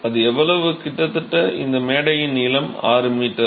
அது எவ்வளவு கிட்டத்தட்ட இந்த மேடையின் நீளம் 6 m